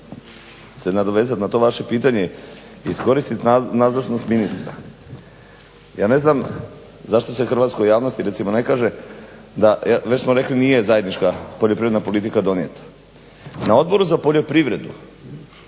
se nadovezat na to vaše pitanje i iskoristit nazočnost ministra. Ja ne znam zašto se hrvatskoj javnosti recimo ne kaže da, već smo rekli nije zajednička poljoprivredna politika donijeta. Na Odboru za poljoprivredu